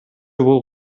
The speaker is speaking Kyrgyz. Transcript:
бул